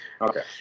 Okay